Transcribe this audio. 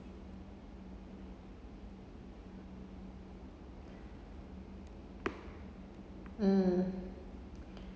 mm